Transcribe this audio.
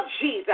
Jesus